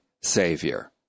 Savior